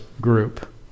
group